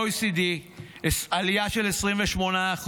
ב-OECD, עלייה של 28%,